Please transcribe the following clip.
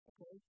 Okay